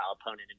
opponent